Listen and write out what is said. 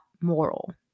moral